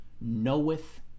knoweth